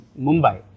Mumbai